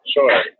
Sure